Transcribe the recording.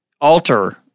alter